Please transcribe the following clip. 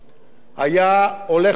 היה הולך אחרי בן-גוריון,